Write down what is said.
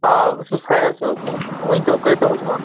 آ بہٕ چھُس فیاض صٲب ؤنۍتو کٔرۍتو حُکما